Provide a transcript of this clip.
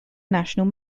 national